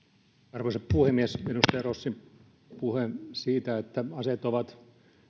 arvoisa puhemies edustaja rossin puhe siitä että aseet ovat